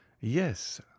Yes